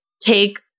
take